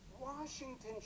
Washington